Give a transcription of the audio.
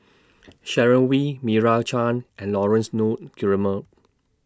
Sharon Wee Meira Chand and Laurence Nunns Guillemard